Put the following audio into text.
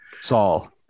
Saul